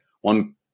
one